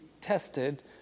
tested